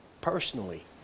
personally